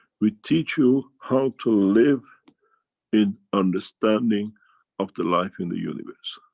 we teach you how to live in understanding of the life in the universe.